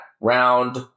round